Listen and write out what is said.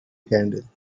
candle